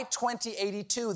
2082